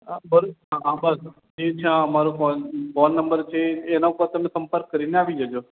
હા બસ એ છે આ અમારો કૉલ કૉલ નંબર છે એના ઉપર તમે સંપર્ક કરીને આવી જજો